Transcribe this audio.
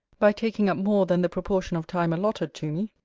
by taking up more than the proportion of time allotted to me,